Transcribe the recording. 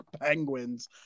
Penguins